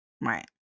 Right